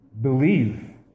believe